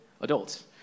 adults